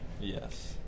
Yes